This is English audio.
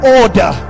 order